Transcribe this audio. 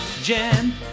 Jen